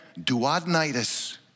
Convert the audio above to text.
duodenitis